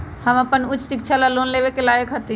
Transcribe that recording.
हम अपन उच्च शिक्षा ला लोन लेवे के लायक हती?